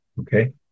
Okay